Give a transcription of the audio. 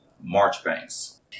Marchbanks